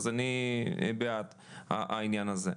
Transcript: אז אני בעד העניין הזה.